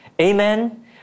Amen